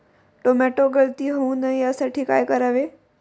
Tomato गळती होऊ नये यासाठी काय करावे?